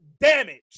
damage